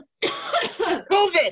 COVID